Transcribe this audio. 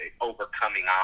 overcoming